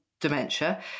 dementia